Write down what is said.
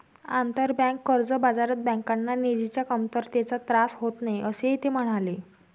आंतरबँक कर्ज बाजारात बँकांना निधीच्या कमतरतेचा त्रास होत नाही, असेही ते म्हणाले